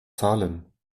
zahlen